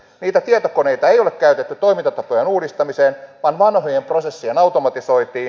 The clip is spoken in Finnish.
niitä tietokoneita ei ole käytetty toimintatapojen uudistamiseen vaan vanhojen prosessien automatisointiin